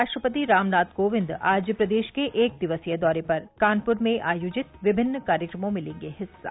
राष्ट्रपति रामनाथ कोविंद आज प्रदेश के एक दिवसीय दौरे पर कानुपर में आयोजित विभिन्न कार्यक्रमों में लेंगे हिस्सा